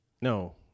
No